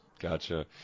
Gotcha